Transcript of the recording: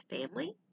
family